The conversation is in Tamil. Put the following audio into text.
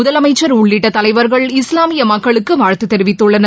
முதலமைச்சர் உள்ளிட்டதலைவர்கள் இஸ்லாமியமக்களுக்குவாழ்த்துதெரிவித்துள்ளனர்